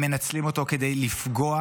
הם מנצלים אותו כדי לפגוע